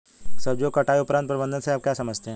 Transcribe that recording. सब्जियों के कटाई उपरांत प्रबंधन से आप क्या समझते हैं?